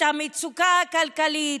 את המצוקה הכלכלית,